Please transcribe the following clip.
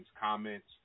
comments